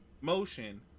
motion